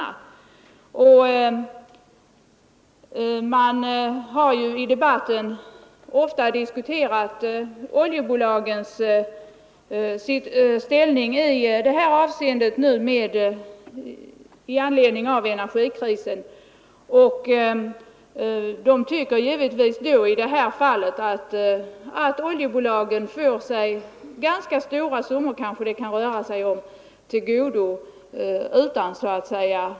Man har ju i debatten ofta diskuterat oljebolagens ställning i samband med energikrisen. Växthusodlarna tycker givetvis att oljebolagen här fått tillgodogöra sig ganska stora summor utan att detta varit sakligt motiverat.